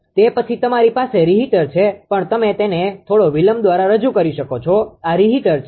તે પછી તમારી પાસે રીહિટર છે પણ તમે તેને થોડો વિલંબ દ્વારા રજૂ કરી શકો છો આ રીહીટર છે